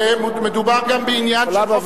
ומדובר גם בעניין של חופש הביטוי.